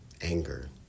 anger